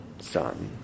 son